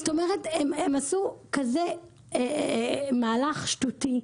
זאת אומרת, הם עשו כזה מהלך שטותי.